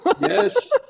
yes